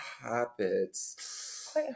habits